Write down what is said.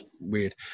weird